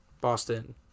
Boston